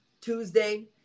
Tuesday